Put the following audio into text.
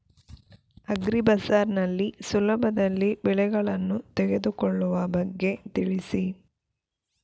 agri Bazaar ನಲ್ಲಿ ಸುಲಭದಲ್ಲಿ ಬೆಳೆಗಳನ್ನು ತೆಗೆದುಕೊಳ್ಳುವ ಬಗ್ಗೆ ತಿಳಿಸಿ